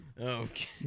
Okay